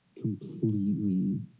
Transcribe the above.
completely